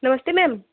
नमस्ते मैम